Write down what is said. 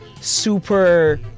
super